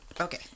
Okay